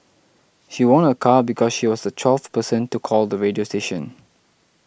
she won a car because she was the twelfth person to call the radio station